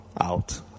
out